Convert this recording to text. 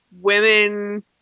women